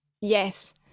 Yes